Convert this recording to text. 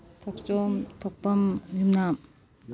ꯊꯣꯛꯆꯣꯝ ꯊꯣꯛꯄꯝ ꯌꯨꯝꯅꯥꯝ